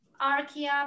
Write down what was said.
archaea